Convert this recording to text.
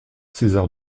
césar